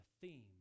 theme